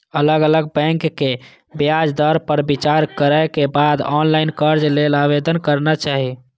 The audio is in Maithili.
अलग अलग बैंकक ब्याज दर पर विचार करै के बाद ऑनलाइन कर्ज लेल आवेदन करना चाही